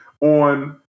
on